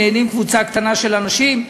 קבוצה קטנה של אנשים.